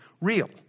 real